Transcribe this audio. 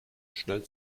schnell